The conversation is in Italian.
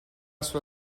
sua